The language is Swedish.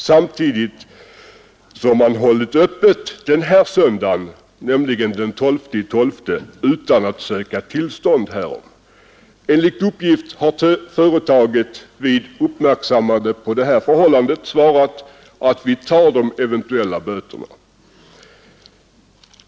Samtidigt har man hållit öppet den här söndagen, den 12 december, utan att söka tillstånd därtill. Enligt uppgift har företaget, då det gjordes uppmärksamt på det här förhållandet, svarat: Vi tar de eventuella böterna.